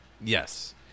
Yes